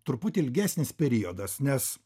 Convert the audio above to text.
truputį ilgesnis periodas nes